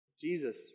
Jesus